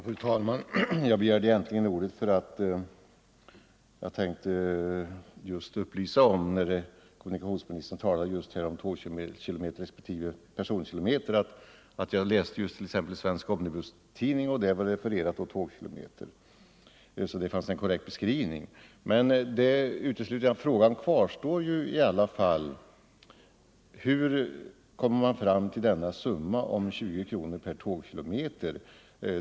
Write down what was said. Fru talman! Jag begärde egentligen ordet för att när kommunikationsministern talade om tågkilometer respektive personkilometer upplysa om att jag just sett att man i t.ex. Svensk Omnibustidning refererat till tågkilometer. Det var alltså en korrekt beskrivning. Men frågan kvarstår ju i alla fall om hur man kommer fram till denna summa på 20 kronor per tågkilometer.